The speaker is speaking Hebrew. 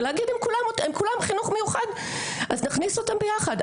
ולהגיד אם כולם חינוך מיוחד אז נכניס אותם ביחד,